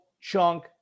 chunk